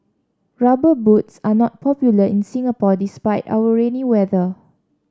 rubber boots are not popular in Singapore despite our rainy weather